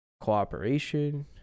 cooperation